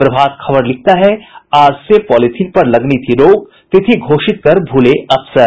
प्रभात खबर लिखता है आज से पॉलीथिन पर लगनी थी रोक तिथि घोषित कर भूले अफसर